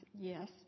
yes